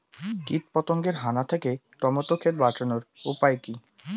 কীটপতঙ্গের হানা থেকে টমেটো ক্ষেত বাঁচানোর উপায় কি?